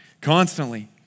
constantly